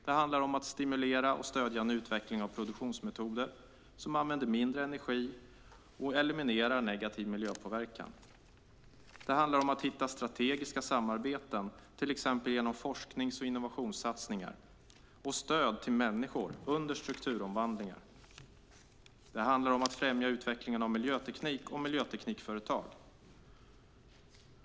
Det handlar om att stimulera och stödja en utveckling av produktionsmetoder som använder mindre energi och eliminerar negativ miljöpåverkan. Det handlar om att hitta strategiska samarbeten, till exempel genom forsknings och innovationssatsningar och genom stöd till människor under strukturomvandlingar. Det handlar om att främja utvecklingen av miljöteknik och miljöteknikföretag.